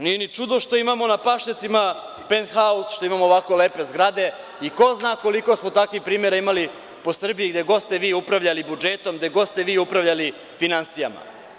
Nije ni čudo što imamo na pašnjacima penthause, što imamo ovako lepe zgrade i ko zna koliko smo takvih primera imali po Srbiji gde god ste vi upravljali budžetom, gde god ste vi upravljali finansijama.